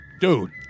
Dude